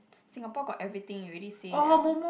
Singapore got everything already say [liao]